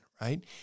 right